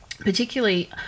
Particularly